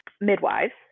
midwives